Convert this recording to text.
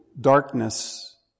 darkness